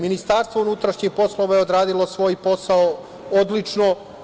Ministarstvo unutrašnjih poslova je odradilo svoj posao odlično.